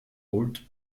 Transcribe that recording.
old